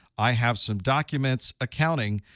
i have some documents accounting.